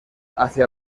hacia